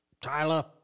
Tyler